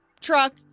truck